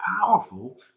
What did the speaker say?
powerful